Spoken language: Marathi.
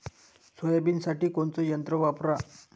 सोयाबीनसाठी कोनचं यंत्र वापरा?